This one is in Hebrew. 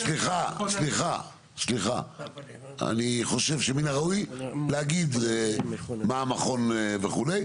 סליחה אני חושב שמן הראוי להגיד מה המכון וכו',